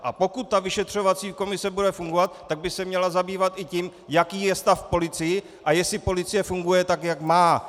A pokud ta vyšetřovací komise bude fungovat, tak by se měla zabývat i tím, jaký je stav v polici a jestli policie funguje tak, jak má.